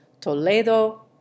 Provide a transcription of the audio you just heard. Toledo